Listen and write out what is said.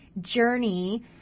journey